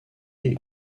est